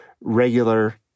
regular